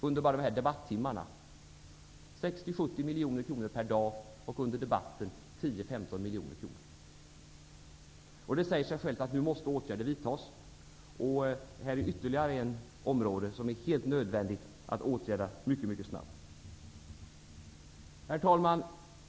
Underskottet ökar med 60--70 miljoner kronor per dag. Det säger sig självt att åtgärder nu måste vidtas. Och detta är ytterligare ett område som det är helt nödvändigt att ågärda mycket snabbt. Herr talman!